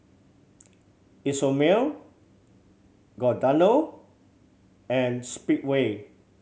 Isomil Giordano and Speedway